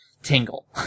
Tingle